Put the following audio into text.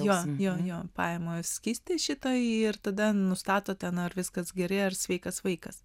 jo jo pajamos skystį šitą ir tada nustatote ar viskas gerai ar sveikas vaikas